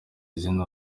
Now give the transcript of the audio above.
izina